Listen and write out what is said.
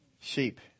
Sheep